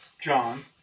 John